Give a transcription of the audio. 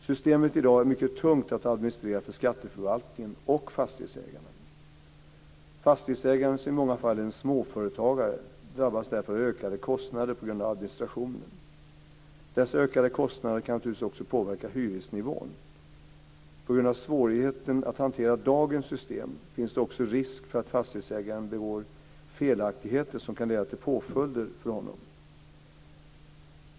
Systemet är i dag mycket tungt att administrera för skatteförvaltningen och fastighetsägarna. Fastighetsägaren, som i många fall är en småföretagare, drabbas därför av ökade kostnader på grund av administrationen. Dessa ökade kostnader kan naturligtvis också påverka hyresnivån. På grund av svårigheten att hantera dagens system finns det också risk för att fastighetsägaren begår felaktigheter som kan leda till påföljder för honom.